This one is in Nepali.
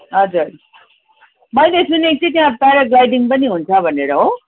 हजुर मैले सुनेको थिएँ त्यहाँ प्याराग्लाइडिङ पनि हुन्छ भनेर हो